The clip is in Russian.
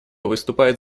выступает